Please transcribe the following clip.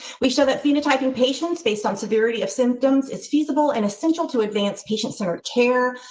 we show that phenotype and patients based on severity of symptoms is feasible and essential to advance. patients are care.